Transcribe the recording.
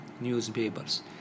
newspapers